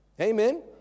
Amen